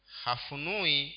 hafunui